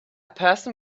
person